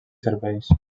serveis